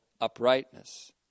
uprightness